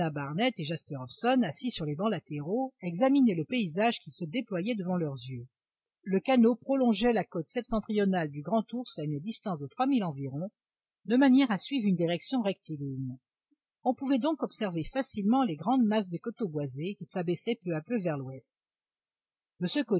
barnett et jasper hobson assis sur les bancs latéraux examinaient le paysage qui se déployait devant leurs yeux le canot prolongeait la côte septentrionale du grandours à une distance de trois milles environ de manière à suivre une direction rectiligne on pouvait donc observer facilement les grandes masses des coteaux boisés qui s'abaissaient peu à peu vers l'ouest